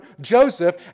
Joseph